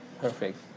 Perfect